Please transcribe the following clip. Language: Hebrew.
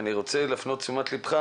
אני רוצה להפנות את תשומת לבך